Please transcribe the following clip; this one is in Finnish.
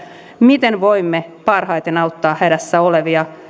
miten voimme parhaiten auttaa hädässä olevia